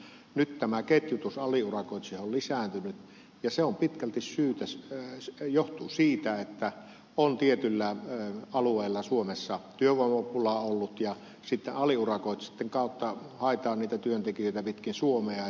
nyt tämä ketjutus aliurakoitsijoihin on lisääntynyt ja se pitkälti johtuu siitä että on tietyllä alueella suomessa työvoimapula ollut ja sitten aliurakoitsijoitten kautta haetaan niitä työntekijöitä pitkin suomea